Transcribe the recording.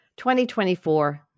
2024